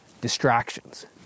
distractions